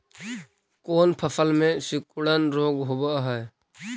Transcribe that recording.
कोन फ़सल में सिकुड़न रोग होब है?